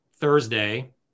Thursday